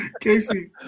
Casey